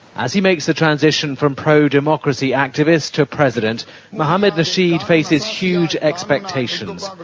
as he makes the transition from pro-democracy activist to president, mohamed nasheed faces huge expectations.